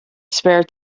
spare